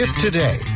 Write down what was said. today